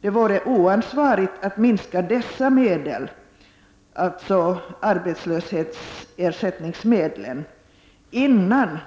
Det vore dock oansvarigt att minska på arbetslöshetsersättningsmedlen innan